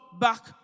back